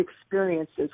experiences